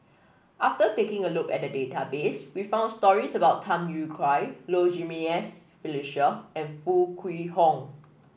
after taking a look at the database we found stories about Tham Yui Kai Low Jimenez Felicia and Foo Kwee Horng